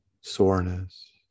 soreness